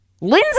Lindsay